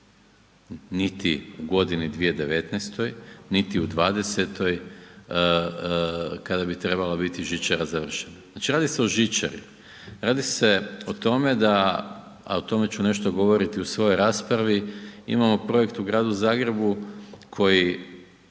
niti u godini 2019., niti u '20. kada bi trebala biti žičara završena. Znači radi se o žičari, radi se o tome, a o tome ću nešto govoriti u svojoj raspravi, imamo projekt u Gradu Zagrebu koji